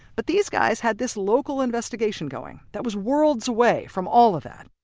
but these guys had this local investigation going that was world's away from all of that